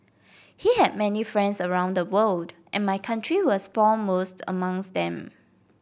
he had many friends around the world and my country was foremost amongst them